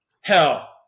hell